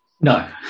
No